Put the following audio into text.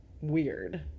weird